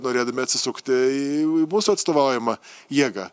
norėdami atsisukti į mūsų atstovaujamą jėgą